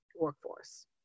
workforce